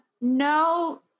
no